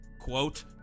quote